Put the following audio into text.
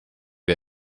der